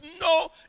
no